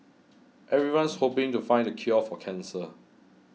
everyone's hoping to find the cure for cancer